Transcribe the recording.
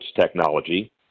technology